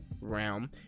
realm